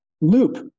loop